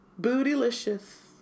bootylicious